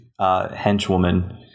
henchwoman